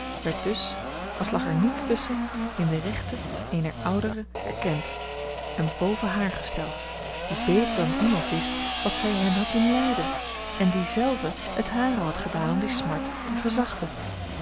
werd dus als lag er niets tusschen in de rechten eener oudere erkend en boven hààr gesteld die beter dan iemand wist wat zij hen had doen lijden en die zelve het hare had gedaan om die smart te verzachten